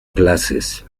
clases